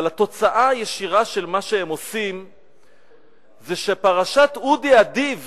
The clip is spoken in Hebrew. אבל התוצאה הישירה של מה שהם עושים זה שפרשת אודי אדיב